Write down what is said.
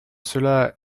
cela